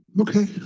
Okay